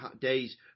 days